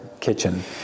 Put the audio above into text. kitchen